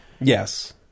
yes